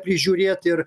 prižiūrėt ir